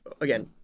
Again